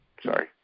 Sorry